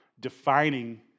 defining